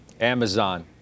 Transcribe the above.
Amazon